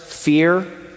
fear